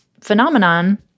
phenomenon